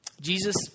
Jesus